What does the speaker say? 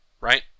right